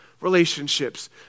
relationships